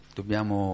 dobbiamo